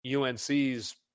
UNC's